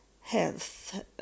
health